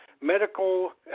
medical –